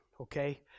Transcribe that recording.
okay